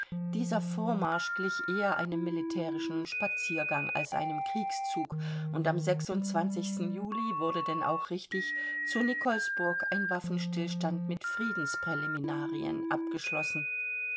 dieser vormarsch glich eher einem militärischen spaziergang als einem kriegszug und am juli wurde denn auch richtig zu nikolsburg ein waffenstillstand mit friedenspräliminarien abgeschlossen